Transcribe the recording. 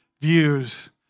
views